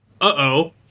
Uh-oh